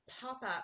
pop-up